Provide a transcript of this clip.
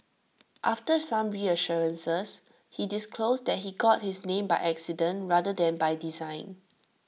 after some reassurances he disclosed that he got his name by accident rather than by design